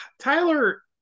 Tyler